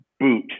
boot